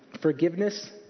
forgiveness